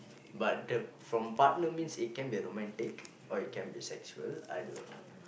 but the from partner means it can be romantic or it can be sexual I don't know